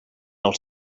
els